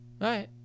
right